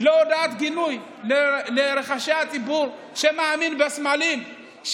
להודעת גינוי לרחשי הציבור שמאמין בסמלים,